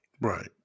Right